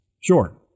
Sure